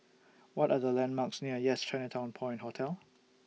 What Are The landmarks near Yes Chinatown Point Hotel